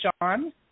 Sean